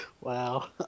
wow